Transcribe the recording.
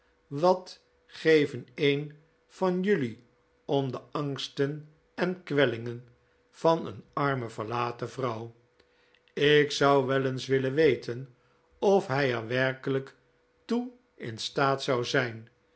wat geven een van jelui om de angsten en kwellingen van een arme verlaten vrouw ik zou wel eens willen weten of hij er werkelijk toe in staat zou zijn